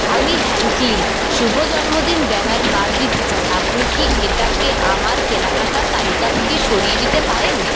আমি হ্যাঙ্কলি শুভ জন্মদিন ব্যানার বাদ দিতে চাই আপনি কি এটাকে আমার কেনাকাটার তালিকা থেকে সরিয়ে দিতে পারেন